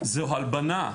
זוהי הלבנה.